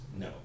no